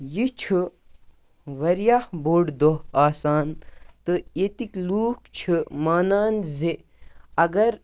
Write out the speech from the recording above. یہِ چھُ واریاہ بوڑ دۄہ آسان تہٕ ییٚتِک لُکھ چھِ مانان زِ اگر